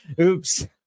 Oops